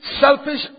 selfish